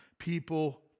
people